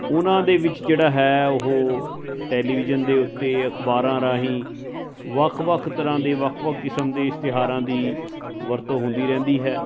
ਉਹਨਾਂ ਦੇ ਵਿੱਚ ਜਿਹੜਾ ਹੈ ਉਹ ਟੈਲੀਵਿਜ਼ਨ ਦੇ ਉੱਤੇ ਅਖਬਾਰਾਂ ਰਾਹੀਂ ਵੱਖ ਵੱਖ ਤਰ੍ਹਾਂ ਦੇ ਵੱਖ ਵੱਖ ਕਿਸਮ ਦੇ ਇਸ਼ਤਿਹਾਰਾਂ ਦੀ ਵਰਤੋਂ ਹੁੰਦੀ ਰਹਿੰਦੀ ਹੈ